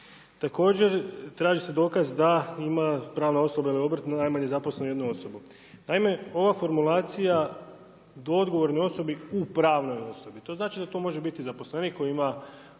Također, traži se dokaz da ima pravna osoba ili obrt najmanje zaposlenu jednu osobu. Naime, ova formulacija „ da odgovornoj osobi u pravnoj osobi“. To znači da to može biti zaposlenik koji ima